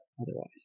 Otherwise